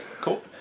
cool